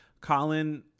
Colin